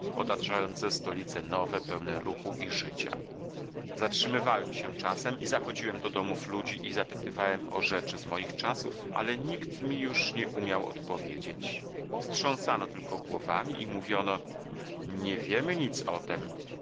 otaczające stolice nowe pełne ruchu i życia zatrzymywałem się czasem i zachodziłem do domów ludzi i zapytywałem o rzeczy z moich czasów ale nikt mi już nie umiał odpowiedzieć wstrząsano tylko głowami i mówiono nie wiemy nic o tem